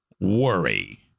worry